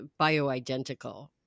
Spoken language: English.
bioidentical